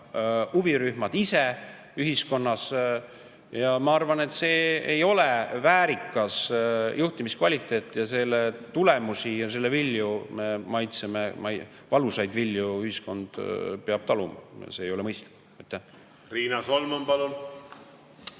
huvirühmad ise ühiskonnas. Ma arvan, et see ei ole väärikas juhtimiskvaliteet. Selle tulemusi ja selle vilju me maitseme, selle valusaid vilju ühiskond peab taluma. See ei ole mõistlik. Aitäh! Riina Solman, palun!